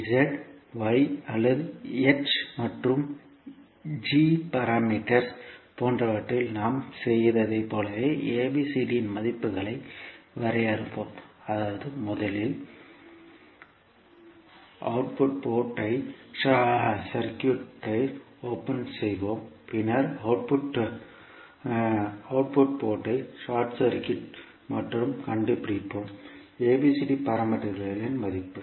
Z y அல்லது h மற்றும் g parameters போன்றவற்றில் நாம் செய்ததைப் போலவே ABCD இன் மதிப்புகளை வரையறுப்போம் அதாவது முதலில் அவுட்புட் போர்ட் ஐ சர்க்யூட்க்கு ஓபன் செய்வோம்பின்னர் அவுட்புட் போர்ட் ஐ ஷார்ட் சர்க்யூட் மற்றும் கண்டுபிடிப்போம் ABCD பாராமீட்டர்களின் மதிப்பு